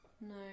No